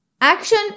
Action